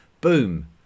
Boom